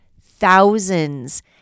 thousands